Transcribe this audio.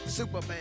Superman